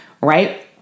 Right